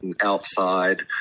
outside